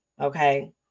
Okay